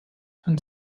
and